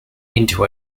into